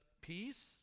peace